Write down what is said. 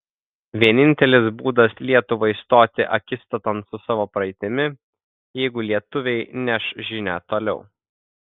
vienintelis būdas lietuvai stoti akistaton su savo praeitimi jeigu lietuviai neš žinią toliau